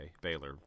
Baylor